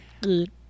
good